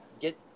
get